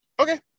Okay